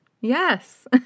Yes